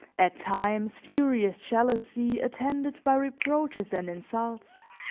at times, furious jealousy attended by reproaches and insults